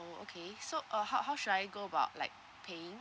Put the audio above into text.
oh okay so uh how how should I go about like paying